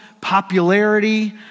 popularity